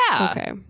Okay